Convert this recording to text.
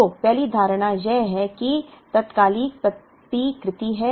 तो पहली धारणा यह है कि तात्कालिक प्रतिकृति है